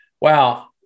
Wow